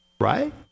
Right